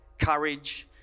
courage